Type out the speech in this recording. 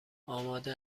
آماده